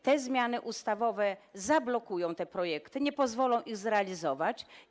Te zmiany ustawowe zablokują te projekty, nie pozwolą ich zrealizować.